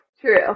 true